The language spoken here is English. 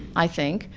i think,